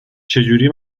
چجوری